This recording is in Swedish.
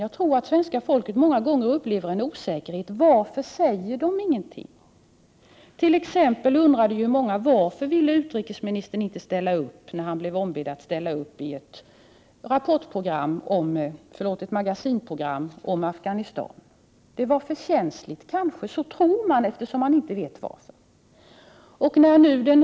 Jag tror att svenska folket många gånger upplever osäkerhet och frågar sig varför dessa företrädare inte säger någonting. Vi var många som undrade varför inte utrikesministern, trots att han blev ombedd, inte ställde upp i ett Magasinprogram om Afghanistan. Var det kanske för känsligt? Det tror i varje fall människor, eftersom de inte vet varför han inte gjorde det.